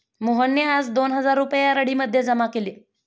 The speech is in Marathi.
मोहनने आज दोन हजार रुपये आर.डी मध्ये जमा केले